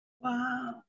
Wow